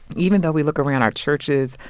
even though we look around our churches,